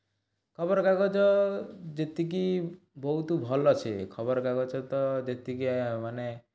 ଖବରକାଗଜ ଯେତିକି ବହୁତ ଭଲ ସିଏ ଖବରକାଗଜ ତ ଯେତିକି ମାନେ